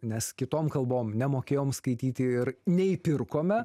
nes kitom kalbom nemokėjom skaityti ir neįpirkome